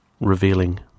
revealing